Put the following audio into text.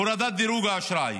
הורדת דירוג האשראי.